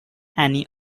annie